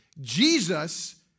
Jesus